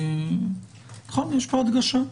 יש פה הדגשה.